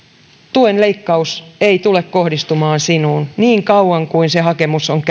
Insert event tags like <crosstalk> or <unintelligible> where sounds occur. tuen leikkaus ei tule kohdistumaan sinuun niin kauan kuin se hakemus on <unintelligible>